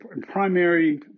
primary